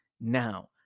Now